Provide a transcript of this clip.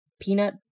peanut